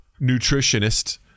nutritionist